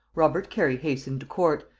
robert cary hastened to court,